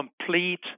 Complete